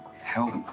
help